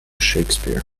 shakespeare